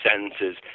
sentences